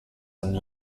and